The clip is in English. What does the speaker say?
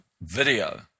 video